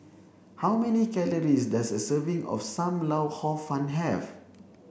how many calories does a serving of Sam Lau Hor Fun have